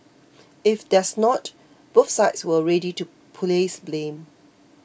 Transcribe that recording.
if there's not both sides were ready to place blame